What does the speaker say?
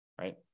right